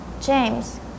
James